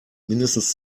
mindestens